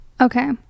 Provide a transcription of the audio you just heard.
Okay